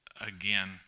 again